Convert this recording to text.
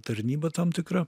tarnyba tam tikra